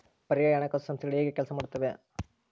ಪರ್ಯಾಯ ಹಣಕಾಸು ಸಂಸ್ಥೆಗಳು ಹೇಗೆ ಕೆಲಸ ಮಾಡುತ್ತವೆ?